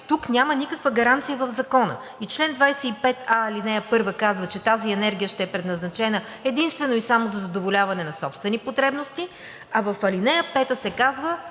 тук няма никаква гаранция в Закона. И чл. 25а, ал. 1 казва, че тази енергия ще е предназначена единствено и само за задоволяване на собствени потребности, а в ал. 5 се казва,